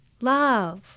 love